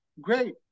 great